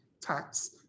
tax